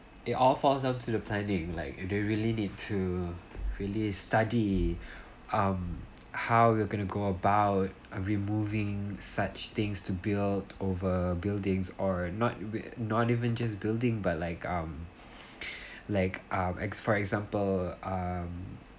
it all falls down to the planning like if they really need to really study um how we're going to go about uh removing such things to build over buildings or not we're not even just building by like um like uh ex~ for example um